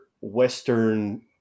Western